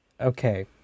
Okay